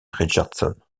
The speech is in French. richardson